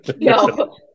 no